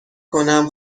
کنم